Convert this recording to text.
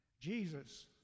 Jesus